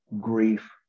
grief